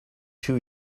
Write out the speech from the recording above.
two